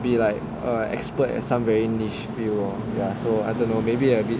be like a expert at some very niche field or ya so I also don't know maybe a bit